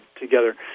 together